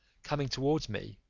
coming towards me,